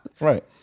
Right